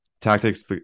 tactics